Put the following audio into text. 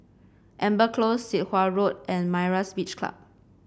Amber Close Sit Wah Road and Myra's Beach Club